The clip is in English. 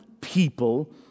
people